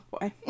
boy